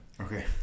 Okay